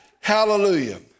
hallelujah